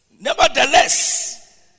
Nevertheless